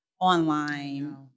Online